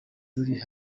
ruriho